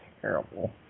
terrible